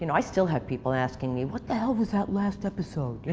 you know i still have people asking me, what the hell was that last episode